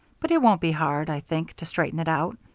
but it won't be hard, i think, to straighten it out.